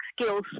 skills